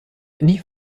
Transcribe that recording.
nie